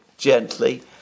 gently